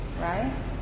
right